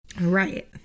Right